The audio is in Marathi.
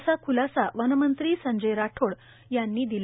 असा ख्लासा वनमंत्री संजय राठोड यांनी केला